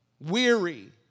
weary